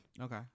Okay